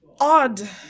odd